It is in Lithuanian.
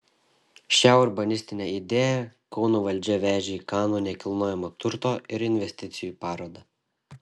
šią urbanistinę idėją kauno valdžia vežė į kanų nekilnojamojo turto ir investicijų parodą